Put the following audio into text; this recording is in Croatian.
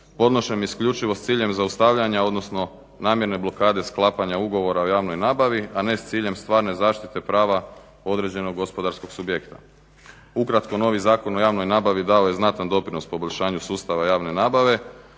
podnošen isključivo s ciljem zaustavljanja, odnosno namjerne blokade sklapanja ugovora o javnoj nabavi, a ne s ciljem stvarne zaštite prava određenog gospodarskog subjekta. Ukratko novi Zakon o javnoj nabavi dao je znatan doprinos poboljšanju sustava javne nabave,